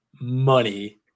money